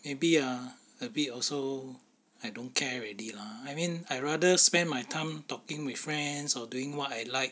maybe ah a bit also I don't care already lah I mean I'd rather spend my time talking with friends or doing what I like